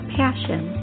passion